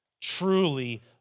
truly